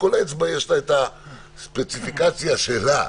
לכל אצבע יש את הספציפיקציה שלה.